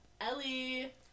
Ellie